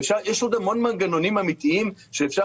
יש עוד המון מנגנונים אמיתיים שאפשר